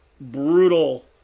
brutal